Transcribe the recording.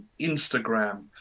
Instagram